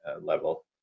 level